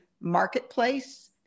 marketplace